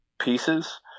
pieces